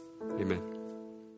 Amen